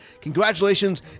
congratulations